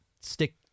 stick